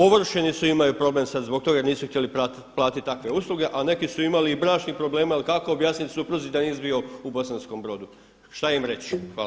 Ovršeni su i imaju problem sada zbog toga jer nisu htjeli platiti takve usluge, a neki su imali i bračnih problema jel kako objasniti supruzi da nisi bio u Bosanskom Brodu, šta im reći.